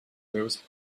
those